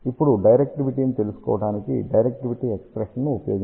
ఇప్పుడు డైరెక్టివిటీని తెలుసుకోవడానికి డైరెక్టివిటీ ఎక్స్ప్రెషన్ను ఉపయోగించవచ్చు